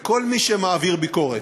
לכל מי שמעביר ביקורת,